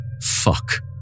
Fuck